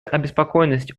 обеспокоенность